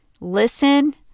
Listen